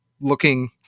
looking